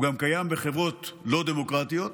הוא קיים גם בחברות לא דמוקרטיות,